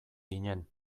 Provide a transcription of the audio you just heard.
ginen